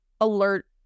alert